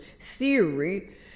theory